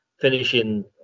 finishing